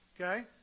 Okay